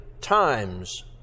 times